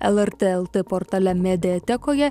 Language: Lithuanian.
lrt lt portale mediatekoje